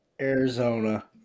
Arizona